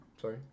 Sorry